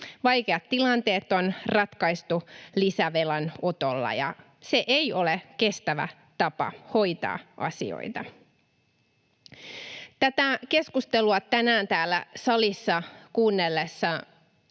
Vaikeat tilanteet on ratkaistu lisävelan otolla, ja se ei ole kestävä tapa hoitaa asioita. Tätä keskustelua tänään täällä salissa kuunnellessa